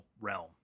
realm